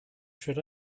should